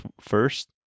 first